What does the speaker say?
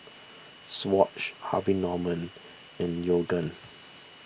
Swatch Harvey Norman and Yoogane